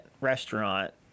restaurant